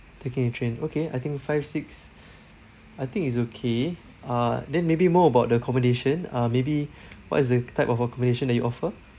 taking a train okay I think five six I think it's okay uh then maybe more about the accommodation uh maybe what is the type of accommodation that you offer